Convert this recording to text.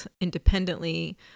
independently